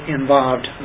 involved